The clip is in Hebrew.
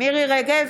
מירי מרים רגב,